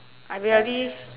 I really